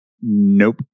Nope